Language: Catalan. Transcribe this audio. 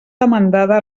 demandada